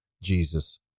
Jesus